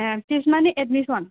एह फिस माने एडमिसन